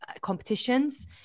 competitions